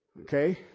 Okay